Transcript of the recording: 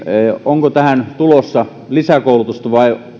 onko tähän tulossa lisäkoulutusta vai